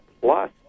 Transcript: plus